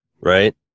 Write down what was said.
Right